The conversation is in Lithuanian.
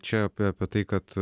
čia apie apie tai kad